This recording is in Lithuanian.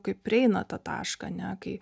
kaip prieina tą tašką ane kai